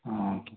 ஆ okay